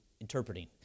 interpreting